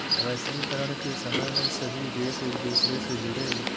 वैश्वीकरण के समय में सभी देश एक दूसरे से जुड़े है